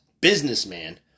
businessman